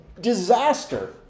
disaster